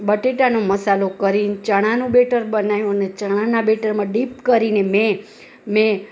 બટેટાનો મસાલો કરી ચણાનું બેટર બનાવ્યું ને ચણાના બેટરમાં ડીપ કરીને મેં મેં